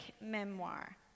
memoir